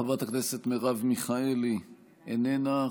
חברת הכנסת מרב מיכאלי, איננה.